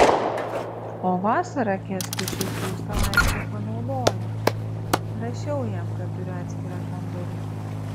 o vasarą kęstučiui siųstą laišką panaudojo rašiau jam kad turiu atskirą kambarį